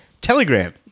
telegram